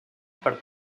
per